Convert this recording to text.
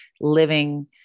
living